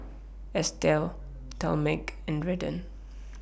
Estell Talmage and Redden